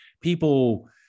people